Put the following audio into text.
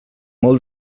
molt